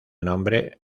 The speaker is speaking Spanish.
nombre